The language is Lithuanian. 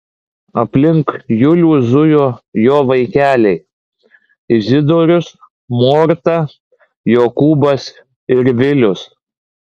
aplink julių zujo jo vaikeliai izidorius morta jokūbas ir vilius